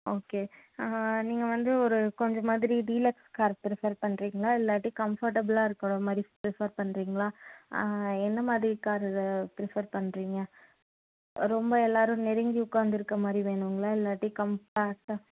okay நீங்கள் வந்து ஒரு கொஞ்ச மாதிரி டீலக்ஸ் கார் ப்ரிஃபர் பண்ணுறீங்களா இல்லாட்டி கம்ஃபர்டபுளாக இருக்கிற மாதிரி ப்ரிஃபர் பண்ணுறீங்களா எந்த மாதிரி கார் ப்ரிஃபர் பண்ணுறீங்க ரொம்ப எல்லாேரும் நெருங்கி உட்காந்துருக்க மாதிரி வேணுங்களா இல்லாட்டி கம்பேக்ட்டாக